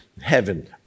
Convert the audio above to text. heaven